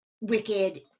Wicked